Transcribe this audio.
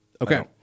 Okay